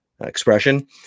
expression